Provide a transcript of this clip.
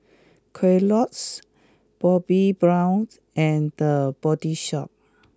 Kellogg's Bobbi Brown and The Body Shop